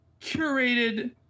curated